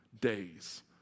days